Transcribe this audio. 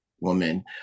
woman